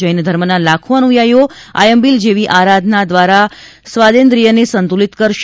જૈન ધર્મના લાખો અનુયાયીઓ આયંબિલ જેવી આરાધના દ્વારા સ્વાદેન્દ્રીયને સંતુલીત કરશે